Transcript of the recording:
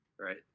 right